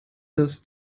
das